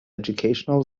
educational